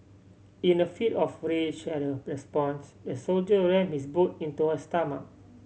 in a fit of rage at her response the soldier ram his boot into her stomach